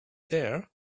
there